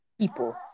people